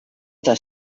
eta